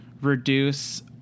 reduce